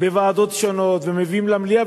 בוועדות שונות ומביאים למליאה,